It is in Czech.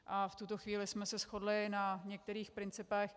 A v tuto chvíli jsme se shodli na některých principech.